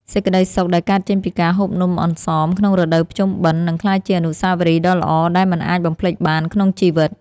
សេចក្ដីសុខដែលកើតចេញពីការហូបនំអន្សមក្នុងរដូវភ្ជុំបិណ្ឌនឹងក្លាយជាអនុស្សាវរីយ៍ដ៏ល្អដែលមិនអាចបំភ្លេចបានក្នុងជីវិត។